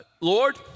Lord